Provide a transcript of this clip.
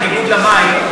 בניגוד למים,